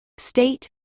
state